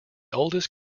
oldest